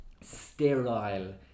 sterile